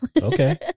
Okay